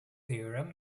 theorem